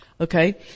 Okay